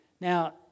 Now